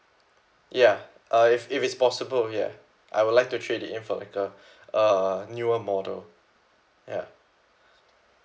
ya uh if if it's possible ya I would like to trade it in for like a a newer model ya